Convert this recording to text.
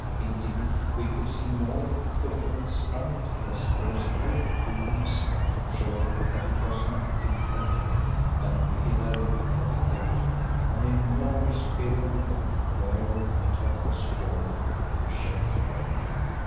indeed we could see more, for from its rounded crest rose a great plume of smoke, showing that it was an active volcano, and on the hither lip of the crater an enormous pillar of rock, whereof the top was formed to the shape of a loop.